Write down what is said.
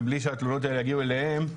ובלי שהתלונות האלה יגיעו אליהם,